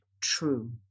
true